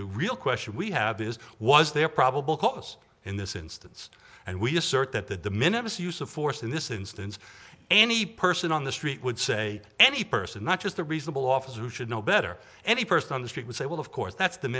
the real question we have is was there probable cause in this instance and we assert that the use of force in this instance any person on the street would say any person not just the reasonable officer should know better any person on the street would say well of course that's the